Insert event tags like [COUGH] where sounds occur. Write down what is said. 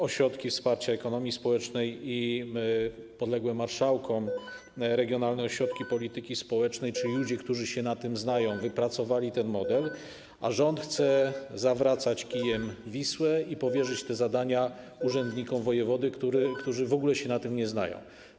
Ośrodki wsparcia ekonomii społecznej i podległe [NOISE] marszałkom regionalne ośrodki polityki społecznej czy ludzie, którzy się na tym znają, wypracowali ten model, a rząd chce zawracać kijem Wisłę i powierzyć te zadania urzędnikom wojewody, którzy w ogóle się na tym nie znają.